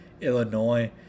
Illinois